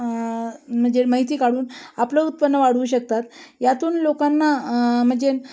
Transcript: म्हणजे माहिती काढून आपलं उत्पन्न वाढू शकतात यातून लोकांना म्हणजे